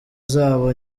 zabo